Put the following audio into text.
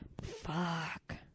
Fuck